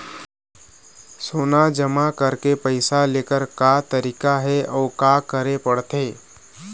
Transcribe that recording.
सोना जमा करके पैसा लेकर का तरीका हे अउ का करे पड़थे?